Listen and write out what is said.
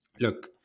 look